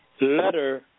letter